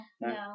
no